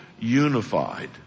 unified